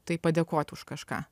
tai padėkot už kažką